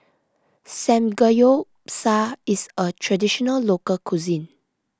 Samgeyopsal is a Traditional Local Cuisine